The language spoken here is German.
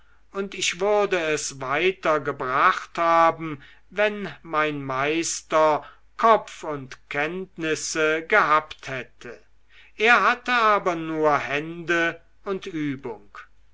und ich würde es weiter gebracht haben wenn mein meister kopf und kenntnisse gehabt hätte er hatte aber nur hände und übung